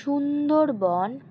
Sundarban